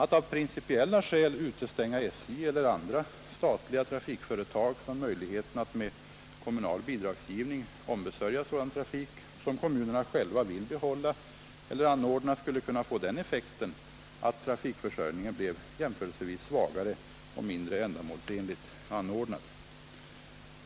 Att av principiella skäl utestänga SJ eller andra statliga trafikföretag från möjligheten att med kommunal bidragsgivning ombesörja sådan trafik, som kommunerna själva vill behålla eller anordna, skulle kunna få den effekten att trafikförsörjningen blev jämförelsevis svagare och mindre ändamålsenligt anordnad.